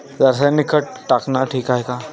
रासायनिक खत टाकनं ठीक हाये का?